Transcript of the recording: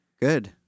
Good